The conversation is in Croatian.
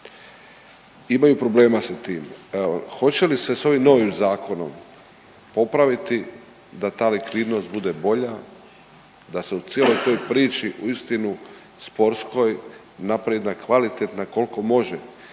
imaju problema sa tim. Hoće li se s ovim novim zakonom popraviti da ta likvidnost bude bolja da se u cijeloj toj priči uistinu sportskoj napravi jedna kvalitetna koliko može